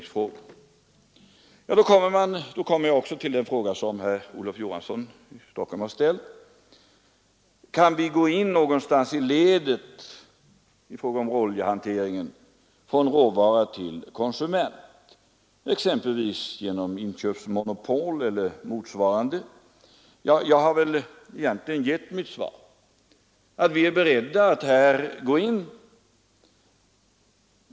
Sedan kommer jag också till den fråga som Olof Johansson i Stockholm har ställt: Kan vi gå in någonstans i ledet, i fråga om råoljehanteringen, från råvara till konsument, exempelvis genom inköpsmonopol eller motsvarande? Ja, jag har väl egentligen gett mitt svar, nämligen att vi är beredda att gå in här.